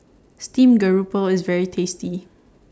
Steamed Grouper IS very tasty